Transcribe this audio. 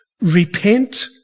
repent